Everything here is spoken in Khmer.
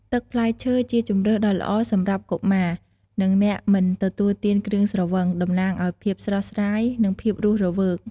ទឹកផ្លែឈើជាជម្រើសដ៏ល្អសម្រាប់កុមារ និងអ្នកមិនទទួលទានគ្រឿងស្រវឹង តំណាងឱ្យភាពស្រស់ស្រាយ និងភាពរស់រវើក។